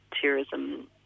terrorism